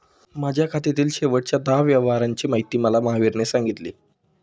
माझ्या खात्यातील शेवटच्या दहा व्यवहारांची माहिती मला महावीरने सांगितली